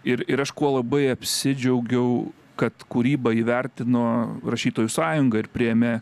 ir ir aš kuo labai apsidžiaugiau kad kūrybą įvertino rašytojų sąjunga ir priėmė